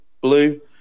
blue